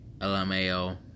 lmao